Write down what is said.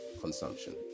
consumption